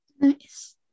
nice